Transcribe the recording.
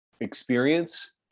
experience